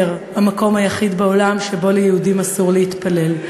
המקום היחיד בעולם שבו ליהודים אסור להתפלל,